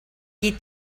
qui